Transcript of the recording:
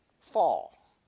fall